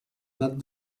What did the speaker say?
edat